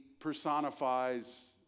Personifies